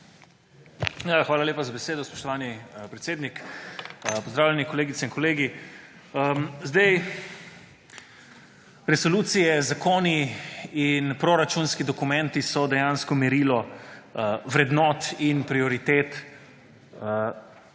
Hvala lepa za besedo, spoštovani predsednik. Pozdravljeni, kolegice in kolegi! Resolucije, zakoni in proračunski dokumenti so dejansko merilo vrednot in prioritet aktualne